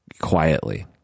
quietly